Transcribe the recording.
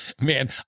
Man